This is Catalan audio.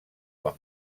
quan